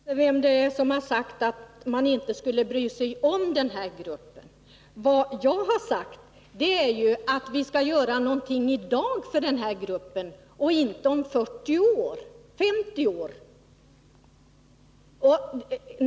Herr talman! Jag vet inte vem som har sagt att man inte skulle bry sig om den här gruppen. Vad jag har sagt är att vi skall göra någonting för den i dag och inte om 40-50 år.